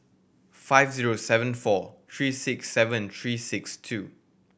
five zero seven four three six seven three six two